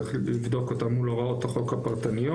צריך לבדוק אותה מול הוראות החוק הפרטניות.